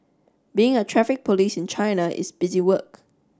being a Traffic Police in China is busy work